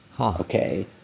okay